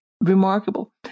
remarkable